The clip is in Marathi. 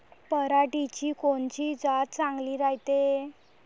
पऱ्हाटीची कोनची जात चांगली रायते?